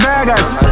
Vegas